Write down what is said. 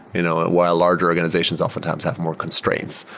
you know ah while larger organizations often times have more constraints.